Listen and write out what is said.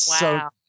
Wow